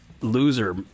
loser